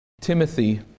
Timothy